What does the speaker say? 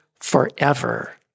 Forever